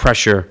pressure